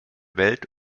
welt